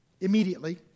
immediately